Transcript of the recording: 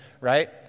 right